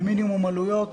במינימום עלויות,